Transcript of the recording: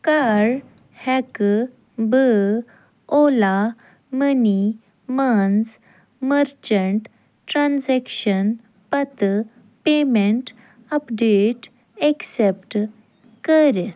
کَر ہیٚکہٕ بہٕ اولا موٚنی منٛز مرچیٚنٛٹ ٹرٛانٛزیٚکشن پتہٕ پیمیٚنٛٹ اپ ڈیٹ ایٚکسیٚپکٹ کٔرِتھ